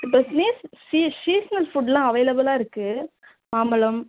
இப்போ ஸ்னீஸ் சீஸ் சீஸ்னல் ஃபுட்டெலாம் அவைலபுளாக இருக்குது மாம்பழம்